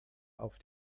auf